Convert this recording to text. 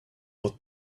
but